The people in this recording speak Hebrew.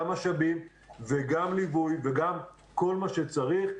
גם משאבים וגם ליווי וגם כל מה שצריך,